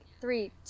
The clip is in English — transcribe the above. three